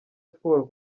siporo